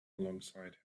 alongside